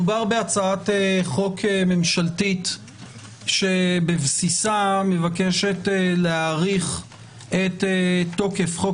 מדובר בהצעת חוק ממשלתית שמבקשת בבסיסה להאריך את תוקף חוק